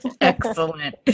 Excellent